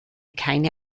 keine